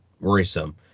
worrisome